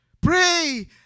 pray